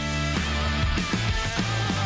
כי הונחה היום